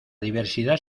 diversidad